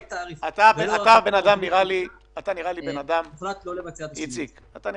איציק, אתה נראה לי אדם מאוד רציני.